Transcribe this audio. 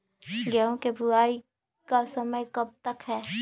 गेंहू की बुवाई का समय कब तक है?